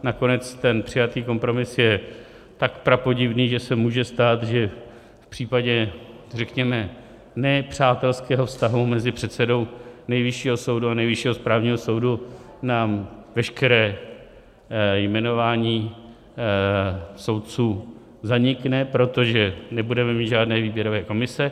Nakonec ten přijatý kompromis je tak prapodivný, že se může stát, že v případě, řekněme, ne přátelského vztahu mezi předsedou Nejvyššího soudu a Nejvyššího správního soudu nám veškeré jmenování soudců zanikne, protože nebudeme mít žádné výběrové komise.